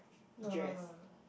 no no no